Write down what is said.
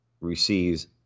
receives